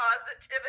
Positivity